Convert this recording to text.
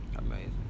Amazing